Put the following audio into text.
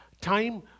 Time